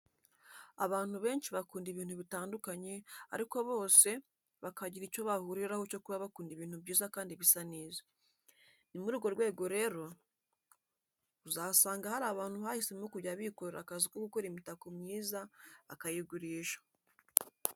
Abantu benshi bakunda ibintu bitandukanye, ariko bose bakagira icyo bahuriraho cyo kuba bakunda ibintu byiza kandi bisa neza. Ni muri urwo rwego rero usanga hari abantu bahisemo kujya bikorera akazi ko gukora imitako myiza bakayigurisha.